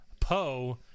Poe